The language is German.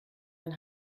dann